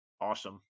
awesome